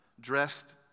dressed